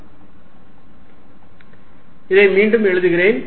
F114π0Qqx2a2432 இதை மீண்டும் எழுதுகிறேன்